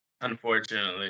unfortunately